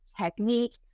technique